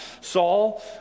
Saul